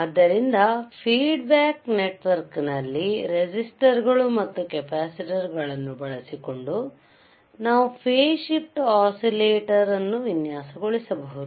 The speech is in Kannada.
ಆದ್ದರಿಂದ ಫೀಡ್ ಬ್ಯಾಕ್ ನೆಟ್ ವರ್ಕ್ ನಲ್ಲಿ ರೆಸಿಸ್ಟರ್ ಗಳು ಮತ್ತು ಕೆಪಾಸಿಟರ್ ಗಳನ್ನು ಬಳಸಿಕೊಂಡು ನಾವು ಫೇಸ್ ಶಿಫ್ಟ್ ಒಸಿಲೇಟಾರ್ ನ್ನು ವಿನ್ಯಾಸಗೊಳಿಸಬಹುದು